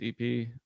EP